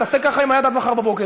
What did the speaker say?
תעשה ככה עם היד עד מחר בבוקר.